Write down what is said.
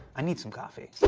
i need some coffee.